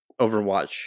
overwatch